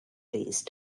these